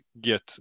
get